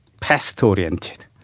past-oriented